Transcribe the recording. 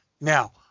Now